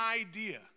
idea